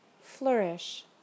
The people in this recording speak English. Flourish